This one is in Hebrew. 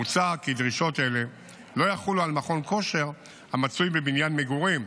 מוצע כי דרישות אלה לא יחולו על מכון כושר המצוי בבניין מגורים,